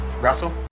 Russell